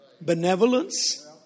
benevolence